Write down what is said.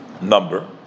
number